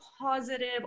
positive